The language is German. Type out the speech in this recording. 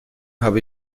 habe